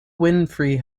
winfrey